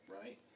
right